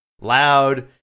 loud